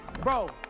Bro